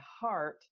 heart